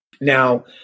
Now